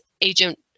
agent